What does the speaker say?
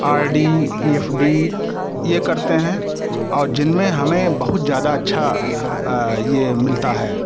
are D F D ये करते हैं और जिनमें हमें बहुत ज़्यादा अच्छा ये मिलता है